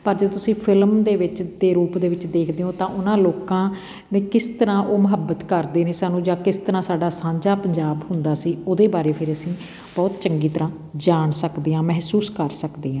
ਪਰ ਜੇ ਤੁਸੀਂ ਫਿਲਮ ਦੇ ਵਿੱਚ ਦੇ ਰੂਪ ਦੇ ਵਿੱਚ ਦੇਖਦੇ ਹੋ ਤਾਂ ਓਹਨਾਂ ਲੋਕਾਂ ਨੇ ਕਿਸ ਤਰ੍ਹਾਂ ਉਹ ਮੁਹੱਬਤ ਕਰਦੇ ਨੇ ਸਾਨੂੰ ਜਾਂ ਕਿਸ ਤਰ੍ਹਾਂ ਸਾਡਾ ਸਾਂਝਾ ਪੰਜਾਬ ਹੁੰਦਾ ਸੀ ਓਹਦੇ ਬਾਰੇ ਫਿਰ ਅਸੀਂ ਬਹੁਤ ਚੰਗੀ ਤਰ੍ਹਾਂ ਜਾਣ ਸਕਦੇ ਹਾਂ ਮਹਿਸੂਸ ਕਰ ਸਕਦੇ ਹਾਂ